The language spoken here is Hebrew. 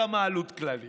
כמה עלות כללית.